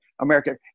America